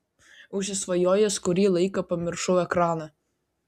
užsisvajojęs kurį laiką pamiršau ekraną